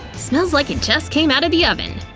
smells like it just came outta the oven!